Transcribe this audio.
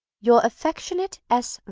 your affectionate s.